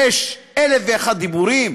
יש אלף ואחד דיבורים,